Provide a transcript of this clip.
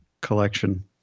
collection